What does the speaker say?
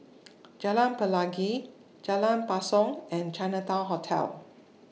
Jalan Pelangi Jalan Basong and Chinatown Hotel